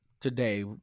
today